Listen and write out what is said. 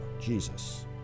Jesus